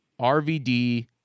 RVD